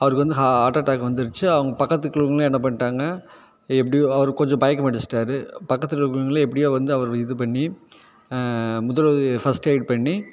அவருக்கு வந்து ஹா ஹார்ட் அட்டாக்கு வந்துடுச்சி அவங்க பக்கத்தில் இருக்கிறவங்களும் என்ன பண்ணிவிட்டாங்க எப்படியோ அவர் கொஞ்சம் மயக்கம் அடைஞ்சிட்டாரு பக்கத்தில் இருக்கிறவங்களும் எப்படியோ வந்து அவரை இது பண்ணி முதலுதவி ஃபஸ்ட் எய்ட் பண்ணி